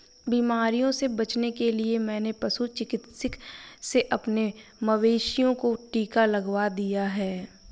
बीमारियों से बचने के लिए मैंने पशु चिकित्सक से अपने मवेशियों को टिका लगवा दिया है